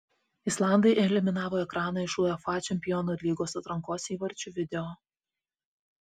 islandai eliminavo ekraną iš uefa čempionų lygos atrankos įvarčių video